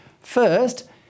First